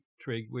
Trig